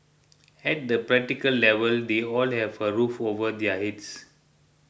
at the practical level they all have a roof over their heads